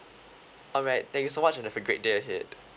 alright thank you so much and have a great day ahead